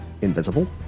invisible